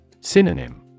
Synonym